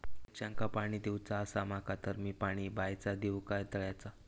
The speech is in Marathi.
मिरचांका पाणी दिवचा आसा माका तर मी पाणी बायचा दिव काय तळ्याचा?